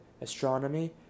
astronomy